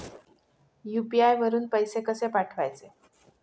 UPI वरून पैसे कसे पाठवायचे?